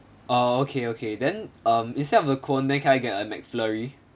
uh okay okay then um instead of the cone then can I get a McFlurry